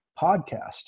podcast